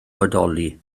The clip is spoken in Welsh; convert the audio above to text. bodoli